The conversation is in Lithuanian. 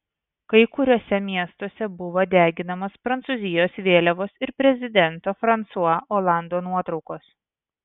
kai kuriuose miestuose buvo deginamos prancūzijos vėliavos ir prezidento fransua olando nuotraukos